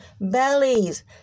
bellies